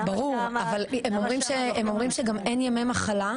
ברור, אבל הם אומרים שגם אין ימי מחלה.